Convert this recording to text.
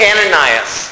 Ananias